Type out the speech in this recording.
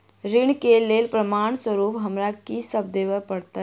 ऋण केँ लेल प्रमाण स्वरूप हमरा की सब देब पड़तय?